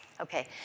Okay